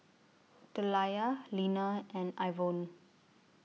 Deliah Leaner and Ivonne